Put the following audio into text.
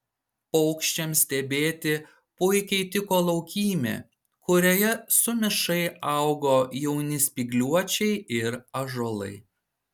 paukščiams stebėti puikiai tiko laukymė kurioje sumišai augo jauni spygliuočiai ir ąžuolai